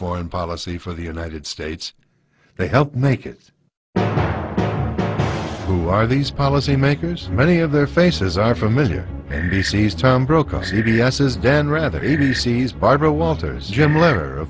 foreign policy for the united states they help make it who are these policy makers many of their faces are familiar and he sees tom brokaw c b s is dan rather a b c s barbara walters jim lehrer